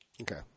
Okay